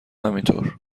همینطور